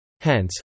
Hence